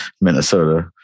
Minnesota